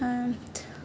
and